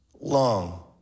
long